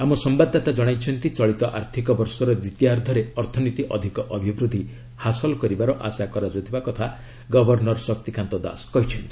ଆମ ସମ୍ଭାଦଦାତା ଜଣାଇଛନ୍ତି ଚଳିତ ଆର୍ଥିକ ବର୍ଷର ଦ୍ୱିତୀୟାର୍ଦ୍ଧରେ ଅର୍ଥନୀତି ଅଧିକ ଅଭିବୃଦ୍ଧି ହାସଲ କରିବାର ଆଶା କରାଯାଉଥିବା କଥା ଗଭର୍ଣ୍ଣର ଶକ୍ତିକାନ୍ତ ଦାସ କହିଛନ୍ତି